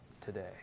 today